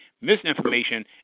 misinformation